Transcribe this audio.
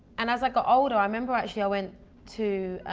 and as i got older, i remember, actually i went to.